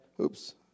Oops